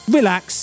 relax